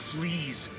Please